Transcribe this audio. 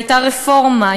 והייתה רפורמה.